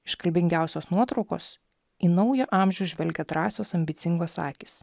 iškalbingiausios nuotraukos į naują amžių žvelgia drąsios ambicingos akys